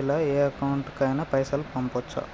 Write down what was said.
ఇలా ఏ అకౌంట్ కైనా పైసల్ పంపొచ్చా?